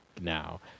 now